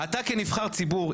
אתה כנבחר ציבור,